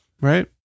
Right